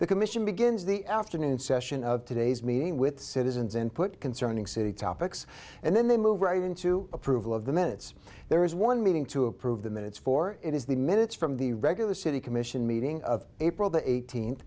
the commission begins the afternoon session of today's meeting with citizens input concerning city topics and then they move into approval of the minutes there is one meeting to approve the minutes for it is the minutes from the regular city commission meeting of april the eighteenth